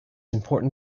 important